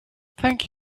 thank